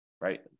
right